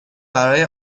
برای